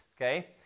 okay